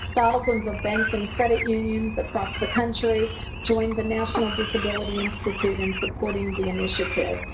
thousands of banks and credit unions across the country joined the national disability institute in supporting the initiative.